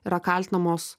yra kaltinamos